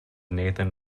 nathan